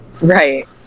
Right